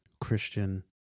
Christian